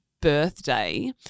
birthday